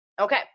Okay